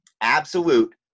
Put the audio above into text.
absolute